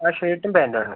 ഷർട്ടും പാൻറ്റുമാണ്